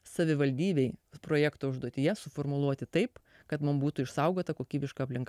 savivaldybei projekto užduotyje suformuluoti taip kad mum būtų išsaugota kokybiška aplinka